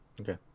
Okay